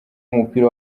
w’umupira